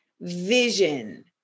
vision